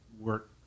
work